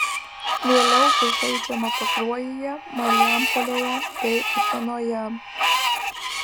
vėliau bus žaidžiama pakruojyje marijampolėje bei utenoje